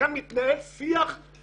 כאן מתנהל שיח שפשוט